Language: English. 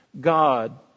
God